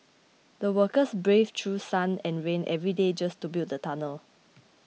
the workers braved through sun and rain every day just to build the tunnel